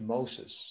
Moses